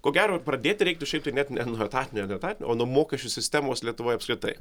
ko gero pradėti reiktų šiaip net ne nuo etatinio neetatinio o nuo mokesčių sistemos lietuvoje apskritai